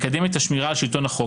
לקדם את השמירה על שלטון החוק,